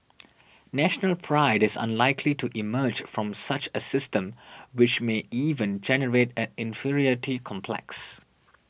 National Pride is unlikely to emerge from such a system which may even generate an inferiority complex